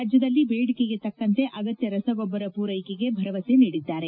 ರಾಜ್ಯದಲ್ಲಿ ಬೇಡಿಕೆಗೆ ತಕ್ಕಂತೆ ಅಗತ್ಯ ರಸಗೊಬ್ಬರ ಪೂರೈಕೆಗೆ ಭರವಸೆ ನೀಡಿದ್ದಾರೆ